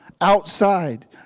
outside